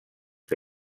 que